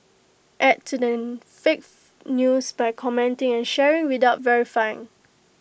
add to the fake news by commenting and sharing without verifying